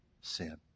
sin